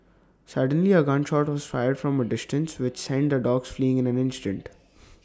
suddenly A gun shot was fired from A distance which sent the dogs fleeing in an instant